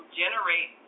generate